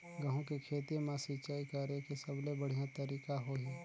गंहू के खेती मां सिंचाई करेके सबले बढ़िया तरीका होही?